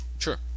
Sure